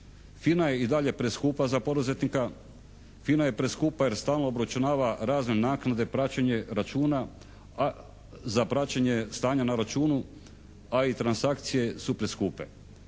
FINA je i dalje preskupa za poduzetnika, FINA je preskupa jer stalno obračunava razne naknade, praćenje računa a za praćenje stanja na računu a i transakcije su preskupe.